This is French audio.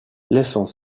laissant